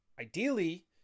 Ideally